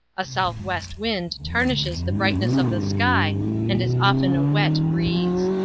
a south-west wind tarnishes the brightness of the sky and is often a wet breeze.